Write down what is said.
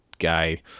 guy